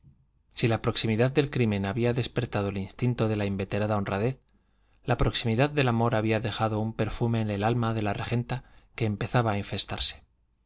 si la proximidad del crimen había despertado el instinto de la inveterada honradez la proximidad del amor había dejado un perfume en el alma de la regenta que empezaba a infestarse